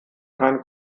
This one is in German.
keinen